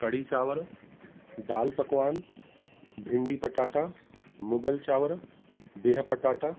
कढ़ी चांवर दालि पकवान भिंडी पटाटा मुॻल चांवरु बिह पटाटा